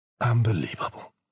Unbelievable